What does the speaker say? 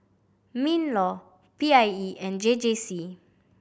MinLaw P I E and J J C